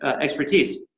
expertise